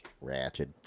Ratchet